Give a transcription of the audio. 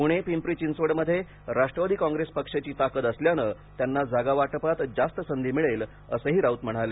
पुणे पिंपरी चिंचवडमध्ये राष्ट्रवादी काँग्रेस पक्षाची ताकद असल्याने त्यांना जागा वाटपात जास्त संधी मिळेल असंही राऊत म्हणाले